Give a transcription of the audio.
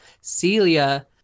celia